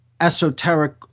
esoteric